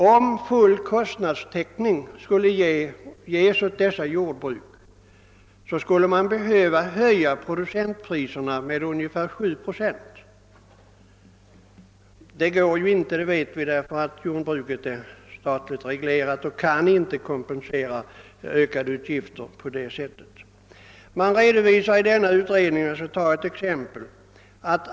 Om full kostnadstäckning skulle ges åt dessa jordbruk skulle producentpriserna behöva höjas med ungefär 7 procent. Vi vet att detta inte är möjligt, eftersom jordbruket är statligt reglerat och inte kan kompensera sig för ökade utgifter på detta sätt. Låt mig ta ett exempel, som redovisas i den nämnda utredningen.